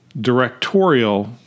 directorial